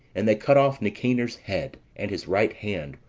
and they cut off nicanor's head, and his right hand,